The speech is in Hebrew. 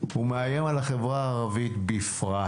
הוא מאיים על החברה הערבית בפרט.